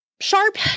sharp